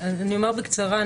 אני אומר בקצרה.